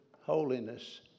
holiness